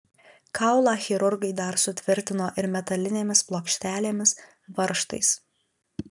kaulą chirurgai dar sutvirtino ir metalinėmis plokštelėmis varžtais